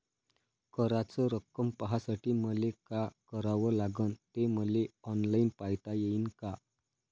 कराच रक्कम पाहासाठी मले का करावं लागन, ते मले ऑनलाईन पायता येईन का?